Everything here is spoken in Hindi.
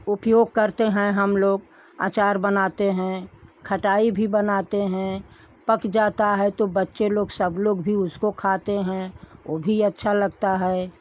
उपयोग करते हैं हम लोग अचार बनाते हैं खटाई भी बनाते हैं पक जाता है तो बच्चे लोग सब लोग भी उसको खाते हैं ओ भी अच्छा लगता है